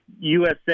USA